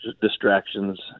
distractions